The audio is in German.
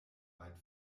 weit